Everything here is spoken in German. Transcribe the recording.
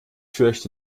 fürchte